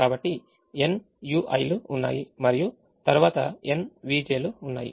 కాబట్టి n ui లు ఉన్నాయి మరియు తరువాత n vj లు ఉన్నాయి